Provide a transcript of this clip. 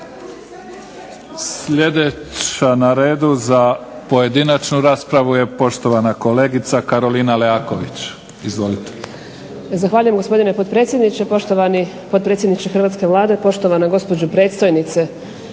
Sljedeća na redu za pojedinačnu raspravu je poštovana kolegica Karolina Leaković. Izvolite. **Leaković, Karolina (SDP)** Zahvaljujem gospodine potpredsjedniče, poštovani potpredsjedniče hrvatske Vlade, poštovana gospođo predstojnice